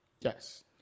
Yes